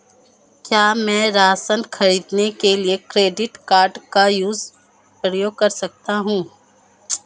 क्या मैं राशन खरीदने के लिए क्रेडिट कार्ड का उपयोग कर सकता हूँ?